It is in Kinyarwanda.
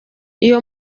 iyo